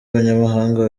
abanyamahanga